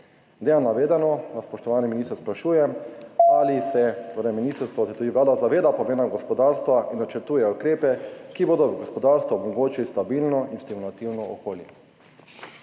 na navedeno vas, spoštovani minister, sprašujem: Ali se ministrstvo, in tudi Vlada, zaveda pomena gospodarstva in načrtuje ukrepe, ki bodo v gospodarstvu omogočili stabilno in stimulativno okolje?